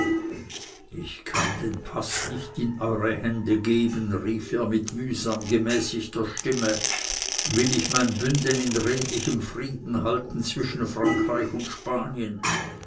ich kann den paß nicht in eure hände geben rief er mit mühsam gemäßigter stimme will ich mein bünden in redlichem frieden halten zwischen frankreich und spanien